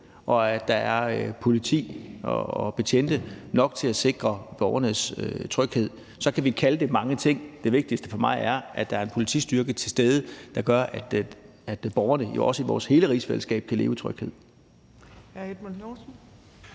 og at der er politi og betjente nok til at sikre borgernes tryghed. Så kan vi kalde det mange ting. Det vigtigste for mig er, at der er en politistyrke til stede, der gør, at borgerne jo også i hele vores rigsfællesskab kan leve i tryghed.